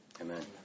amen